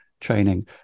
training